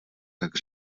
tak